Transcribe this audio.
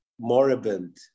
moribund